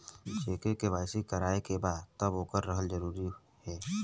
जेकर के.वाइ.सी करवाएं के बा तब ओकर रहल जरूरी हे?